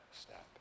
step